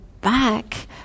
back